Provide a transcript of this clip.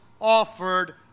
offered